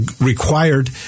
required